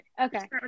Okay